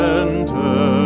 enter